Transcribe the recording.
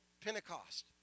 Pentecost